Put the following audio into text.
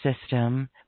system